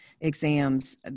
exams